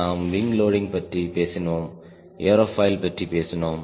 நாம் wing loading பற்றி பேசினோம் ஏரோபாயில் பற்றி பேசினோம்